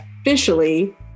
officially